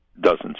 Dozens